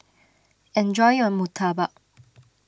enjoy your Murtabak